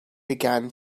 began